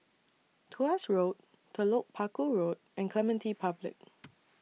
Tuas Road Telok Paku Road and Clementi Public